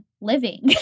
living